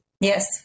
Yes